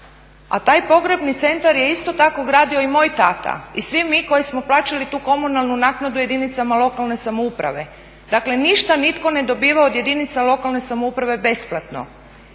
a taj pogrebni centar je isto tako gradio i moj tata i svi mi koji smo plaćali tu komunalnu naknadu jedinicama lokalne samouprave. Dakle ništa nitko ne dobiva od jedinica lokalne samouprave besplatno.